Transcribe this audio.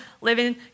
living